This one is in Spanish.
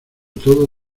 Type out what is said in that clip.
todo